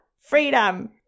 Freedom